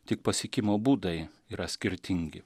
tik pasiekimo būdai yra skirtingi